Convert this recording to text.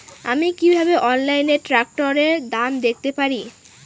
আমি কিভাবে অনলাইনে ট্রাক্টরের দাম দেখতে পারি?